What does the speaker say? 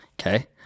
Okay